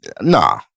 nah